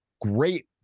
great